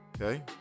Okay